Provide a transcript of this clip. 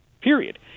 period